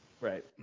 Right